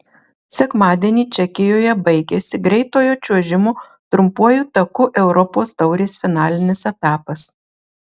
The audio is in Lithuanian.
sekmadienį čekijoje baigėsi greitojo čiuožimo trumpuoju taku europos taurės finalinis etapas